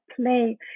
play